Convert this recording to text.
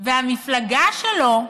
והמפלגה שלו,